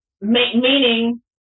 Meaning